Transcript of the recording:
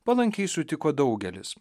palankiai sutiko daugelis